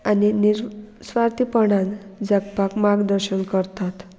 आनी निरस्वार्थीपणान जगपाक मागदर्शन करतात